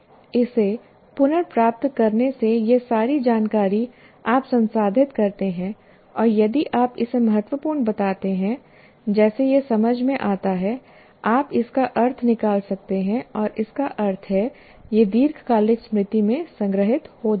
इसे पुनर्प्राप्त करने से यह सारी जानकारी आप संसाधित करते हैं और यदि आप इसे महत्वपूर्ण बताते हैं जैसे यह समझ में आता है आप इसका अर्थ निकाल सकते हैं और इसका अर्थ है यह दीर्घकालिक स्मृति में संग्रहीत हो जाता है